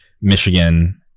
Michigan